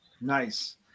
Nice